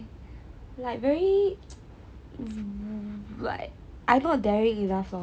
like very I not daring enough lor